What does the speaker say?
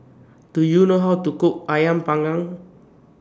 Do YOU know How to Cook Ayam Panggang